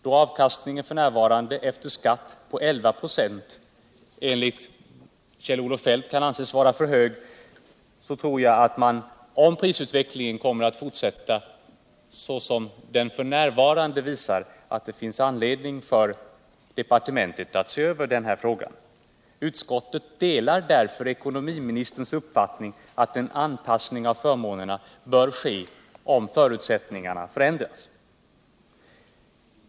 Då avkastningen efter skatt på I1 96 enligt Kjell-Olof Feldt kan anses vara för hög tror jag att det, om prisutvecklingen kommer att fortsätta så som tendensen nu visar, finns anledning för departementet att se över den här frågan. Utskottet delar därför ekonomiministerns uppfattning att en anpassning av förmånerna bör ske om förutsättningarna förändras.